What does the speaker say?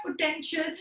potential